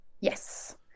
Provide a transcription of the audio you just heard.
Yes